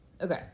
Okay